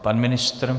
Pan ministr?